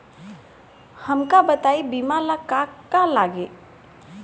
हमका बताई बीमा ला का का लागी?